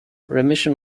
remission